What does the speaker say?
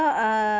uh uh so